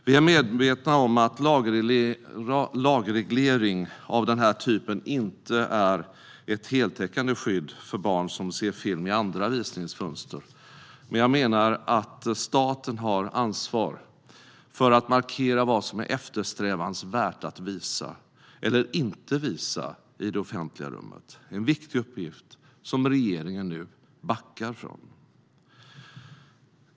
Vi är medvetna om att lagreglering av den här typen inte är ett heltäckande skydd för barn som ser film i andra visningsfönster. Men jag menar att staten har ett ansvar för att markera vad som är eftersträvansvärt att visa eller inte visa i det offentliga rummet - en viktig uppgift som regeringen nu backar från.